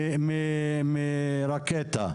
נהרג מרקטה.